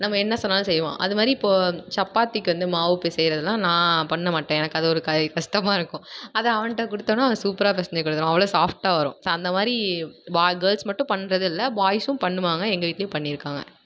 நம்ம என்ன சொன்னாலும் செய்வான் அது மாதிரி இப்போது சப்பாத்திக்கு வந்து மாவு பிசைகிறதுலாம் நான் பண்ண மாட்டேன் எனக்கு அது ஒரு க கஷ்டமா இருக்கும் அதை அவன்ட்ட கொடுத்தோன்னா அவன் சூப்பராக பெசைஞ்சு கொடுத்துருவான் அவ்வளோ சாஃப்ட்டாக வரும் ஸோ அந்த மாதிரி வ கேர்ள்ஸ் மட்டும் பண்ணுறது இல்லை பாய்ஸும் பண்ணுவாங்க எங்கள் வீட்லேயும் பண்ணிருக்காங்க